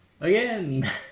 again